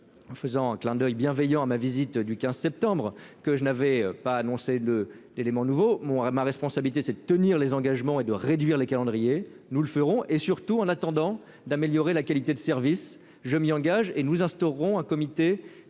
en faisant un clin d'oeil bienveillant à ma visite du 15 septembre que je n'avais pas annoncé de d'éléments nouveaux, ma responsabilité c'est de tenir les engagements et de réduire les calendriers, nous le ferons et surtout en attendant d'améliorer la qualité de service, je m'y engage, et nous instaurons un comité